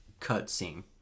cutscene